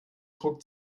druck